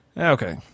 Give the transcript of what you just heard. Okay